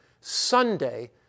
Sunday